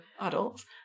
adults